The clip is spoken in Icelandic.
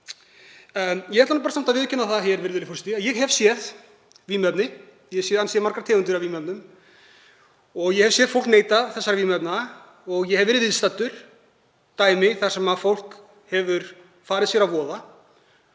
Ég ætla samt að viðurkenna það hér, virðulegi forseti, að ég hef séð vímuefni. Ég hef séð ansi margar tegundir af vímuefnum og ég hef séð fólk neyta þessara vímuefna og ég hef verið viðstaddur atvik þar sem fólk hefur farið sér að voða.